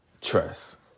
Trust